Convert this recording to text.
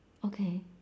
okay